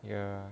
ya